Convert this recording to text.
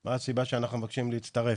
מה הסיבה שאנחנו מבקשים להצטרף,